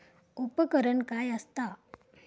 उपकरण काय असता?